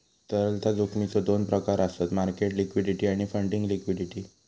तरलता जोखमीचो दोन प्रकार आसत मार्केट लिक्विडिटी आणि फंडिंग लिक्विडिटी